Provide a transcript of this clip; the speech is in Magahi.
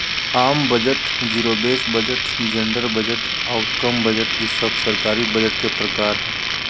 आम budget, zero base budget, gender budget, outcome budget ई सब सरकारी बजट के प्रकार हय